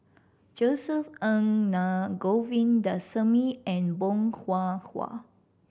Josef Ng Naa Govindasamy and Bong Hwa Hwa